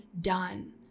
done